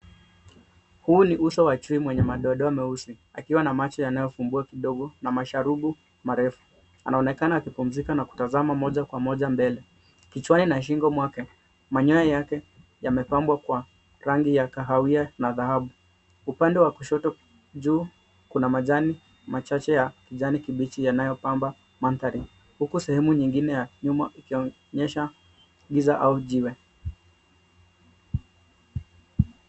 Huu ni uso wa chui mwenye madoadoa meusi akiwa na macho anayo fungua kidogo na masharubu marefu, anaonekana akikupmzika na kutazama moja kwa moja mbele, kichwani na shingo mwake manyoa yake yame pambwa kwa rangi ya kahawia na dhahabu ,upande wa kushoto juu kuna majani machache ya kijani kibichi yanayo pamba mandhari huku sehemu ingine ya nyuma ikionyesha giza au jiwe.